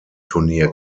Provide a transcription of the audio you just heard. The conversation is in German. turnier